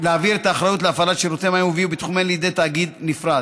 להעביר את האחריות להפעלת שירותי מים וביוב בתחומיהן לידי תאגיד נפרד.